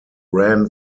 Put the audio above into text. ran